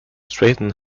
straighten